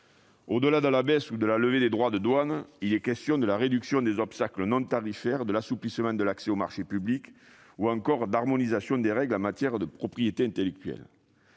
Au-delà de la baisse ou de la levée des droits de douane, il est question de la réduction des obstacles non tarifaires, de l'assouplissement de l'accès aux marchés publics ou encore d'harmonisation des règles en matière de propriété intellectuelle.